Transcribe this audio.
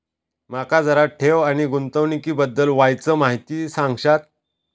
माका जरा ठेव आणि गुंतवणूकी बद्दल वायचं माहिती सांगशात?